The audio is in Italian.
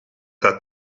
tra